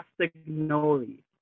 Castagnoli